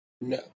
No